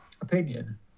opinion